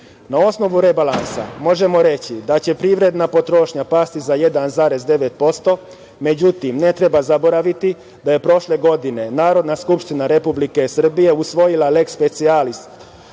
osnovu rebalansa možemo reći da će privredna potrošnja pasti za 1,9%, međutim, ne treba zaboraviti da je prošle godine Narodna skupština Republike Srbije usvojila leks sprecijalis